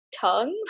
tongues